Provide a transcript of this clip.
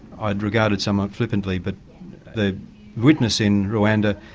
i'd regarded somewhat flippantly but the witness in rwanda,